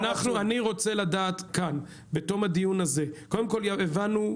קודם כל הבנו,